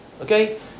Okay